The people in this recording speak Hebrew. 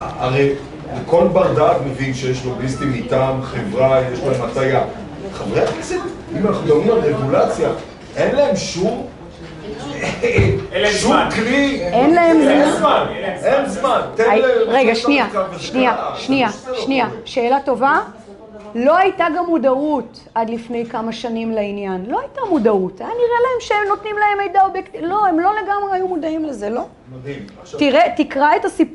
הרי כל בר דעת מבין שיש לוגיסטים איתם, חברה איתה, יש להם הטייה. חברי הטילסטים, אם אנחנו מדברים על רגולציה, אין להם שום... אין להם זמן, אין זמן, אין זמן. רגע, שנייה, שנייה, שנייה, שנייה, שאלה טובה. לא הייתה גם מודעות עד לפני כמה שנים לעניין, לא הייתה מודעות. היה נראה להם שהם נותנים להם מידע אובייקטיבי, לא, הם לא לגמרי היו מודעים לזה, לא? תראה, תקרא את הסיפור.